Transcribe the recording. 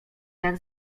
jak